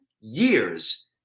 years